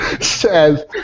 says